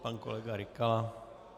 Pan kolega Rykala.